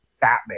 Batman